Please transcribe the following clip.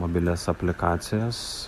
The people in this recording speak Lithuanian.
mobilias aplikacijas